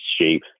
shape